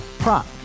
Prop